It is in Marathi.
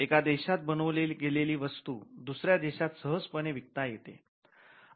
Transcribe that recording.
एका देशात बनवली गेलेली वस्तू दुसऱ्या देशात सहजपणे विकता येते